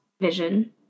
vision